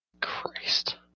Christ